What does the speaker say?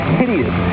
hideous